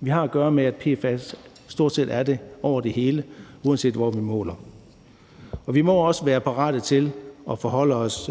Vi har at gøre med, at PFAS stort set er over det hele, uanset hvor man måler. Vi må også være parate til at forholde os